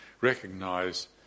recognize